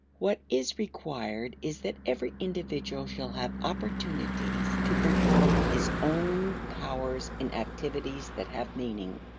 what is required is that every individual shall have opportunities to employ his own powers in activities that have meaning.